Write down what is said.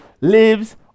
lives